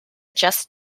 just